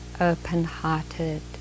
open-hearted